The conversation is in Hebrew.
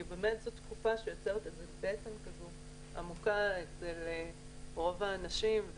כי באמת זו תקופה שיוצרת איזה בטן עמוקה לרוב האנשים,